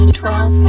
twelve